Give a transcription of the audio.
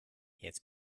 jetzt